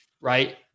right